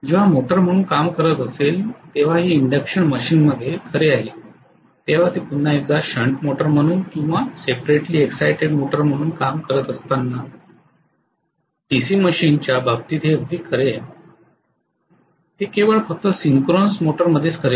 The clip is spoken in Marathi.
जेव्हा मोटर म्हणून काम करत असेल तेव्हा हे इंडक्शन मशीनमध्ये खरे आहे तेव्हा ते पुन्हा एकदा शंट मोटर म्हणून किंवा सेपरेटली इक्साइटड मोटर म्हणून काम करत असताना डीसी मशीनच्या बाबतीत हे अगदी खरे आहे हे केवळ फक्त सिन्क्रोनस मोटर मध्येच खरे नाही